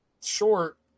short